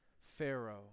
Pharaoh